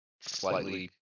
slightly